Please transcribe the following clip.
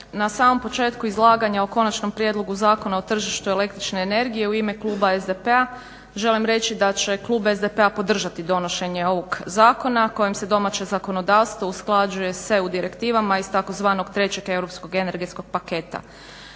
Na samom početku izlaganja o Konačnom prijedlogu Zakona o tržištu električne energije u ime kluba SDP-a želim reći da će klub SDP-a podržati donošenje ovog zakona kojem se domaće zakonodavstvo usklađuje sa EU direktivama iz tzv. 3. Europskog energetskog paketa.